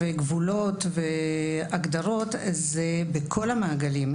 גבולות והגדרות זה בכל המעגלים.